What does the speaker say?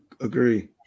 agree